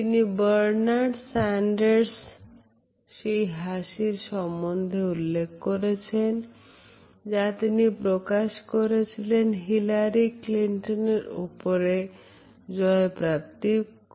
তিনি Bernard Sanders সেই হাসির সম্বন্ধে উল্লেখ করেছেন যা তিনি প্রকাশ করেছিলেন Hillary Clinton উপরে জয় প্রাপ্তি করে